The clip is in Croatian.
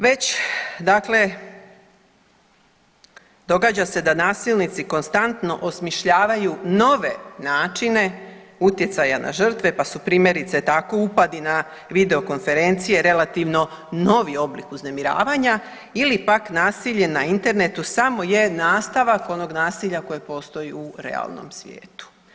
Već dakle događa se da nasilnici konstantno osmišljavaju nove načine utjecaja na žrtve, pa su primjerice, tako upadi na videokonferencije relativno novi oblik uznemiravanja, ili pak nasilje na internetu samo je nastavak onog nasilja koje postoje u realnom svijetu.